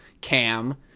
Cam